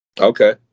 Okay